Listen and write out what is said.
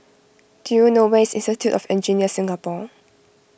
do you know where is Institute of Engineers Singapore